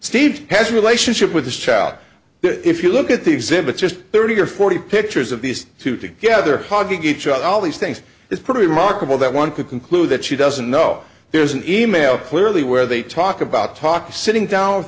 steve has a relationship with this child if you look at the exhibits just thirty or forty pictures of these two together hugging each other all these things it's pretty remarkable that one could conclude that she doesn't know there's an e mail clearly where they talk about talk sitting down